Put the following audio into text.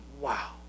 Wow